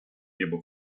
niebo